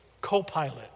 Co-pilot